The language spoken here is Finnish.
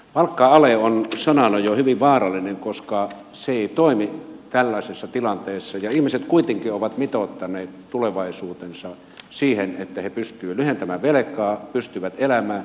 palkka ale on jo sanana hyvin vaarallinen koska se ei toimi tällaisessa tilanteessa ja ihmiset kuitenkin ovat mitoittaneet tulevaisuutensa siihen että he pystyvät lyhentämään velkaa pystyvät elämään